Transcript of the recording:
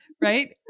Right